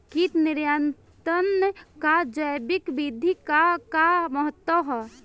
कीट नियंत्रण क जैविक विधि क का महत्व ह?